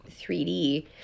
3D